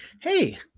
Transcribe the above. Hey